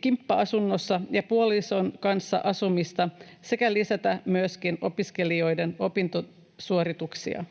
kimppa-asunnossa ja puolison kanssa asumista sekä lisätä myöskin opiskelijoiden opintosuorituksia.